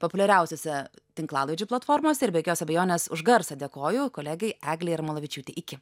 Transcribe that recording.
populiariausiose tinklalaidžių platformose ir be jokios abejonės už garsą dėkoju kolegei eglei jarmolavičiūtei iki